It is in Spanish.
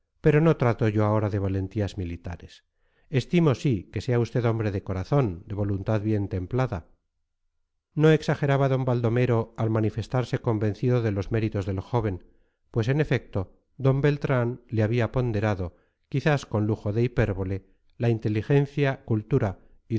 pero no trato yo ahora de valentías militares estimo sí que sea usted hombre de corazón de voluntad bien templada no exageraba d baldomero al manifestarse convencido de los méritos del joven pues en efecto d beltrán le había ponderado quizás con lujo de hipérbole la inteligencia cultura